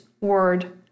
word